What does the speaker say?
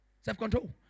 Self-control